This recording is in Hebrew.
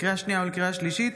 לקריאה השנייה ולקריאה השלישית,